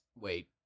Wait